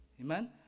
Amen